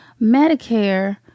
medicare